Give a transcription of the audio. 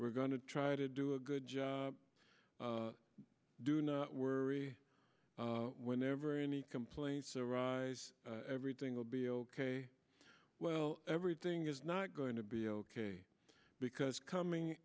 we're going to try to do a good job do not worry whenever any complaints arise everything will be ok well everything is not going to be ok because coming